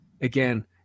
again